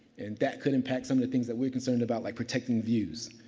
and that could impact some of the things that we're concerned about, like protecting views.